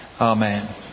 Amen